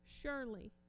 Surely